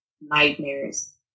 nightmares